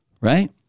right